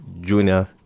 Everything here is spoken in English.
Junior